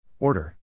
Order